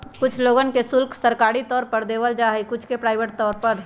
कुछ लोगन के शुल्क सरकारी तौर पर देवल जा हई कुछ के प्राइवेट तौर पर